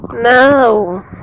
No